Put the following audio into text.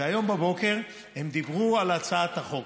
והיום בבוקר הם דיברו על הצעת החוק.